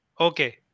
okay